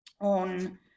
on